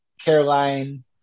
Caroline